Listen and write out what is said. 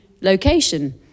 location